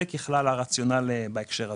זה הרציונל בהקשר הזה.